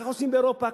ככה עושים באירופה,